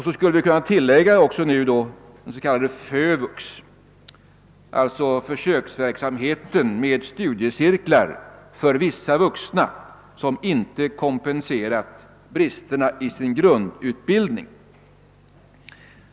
Man skulle nu kunna tillägga den s.k. FÖVUX, försöksverksamheten med studiecirklar för vissa vuxna som inte kompenserat bristerna i sin grundutbildning.